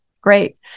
Great